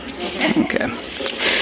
Okay